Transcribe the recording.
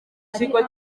kigo